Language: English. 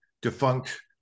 defunct